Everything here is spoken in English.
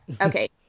okay